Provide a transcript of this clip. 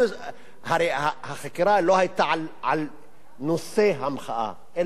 הרי החקירה לא היתה על נושא המחאה אלא על המחאה עצמה.